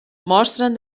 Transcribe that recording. mostren